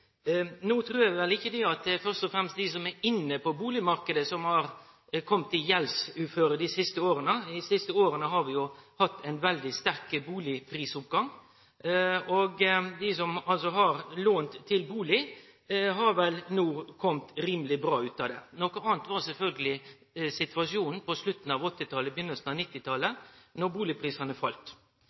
No trur eg ikkje at det først og fremst er dei som er inne på bustadmarknaden, som har kome i gjeldsuføre dei siste åra. Dei siste åra har vi jo hatt ein veldig sterk bustadprisoppgang, og dei som har lånt til bustad, har vel no kome rimeleg bra ut av det. Situasjonen var sjølvsagt ein annan på slutten av 1980-talet og på starten av